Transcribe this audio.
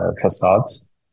facades